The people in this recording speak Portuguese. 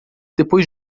depois